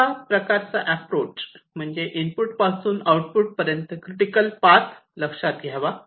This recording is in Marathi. दुसरा प्रकारचा एप्रोच म्हणजे इनपुट पासून आउटपुट पर्यंत क्रिटिकल पाथ लक्षात घ्यावा